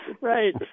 Right